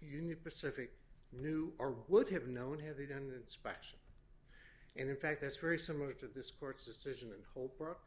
union pacific knew or would have known had they done inspections and in fact this very similar to this court's decision and holbrook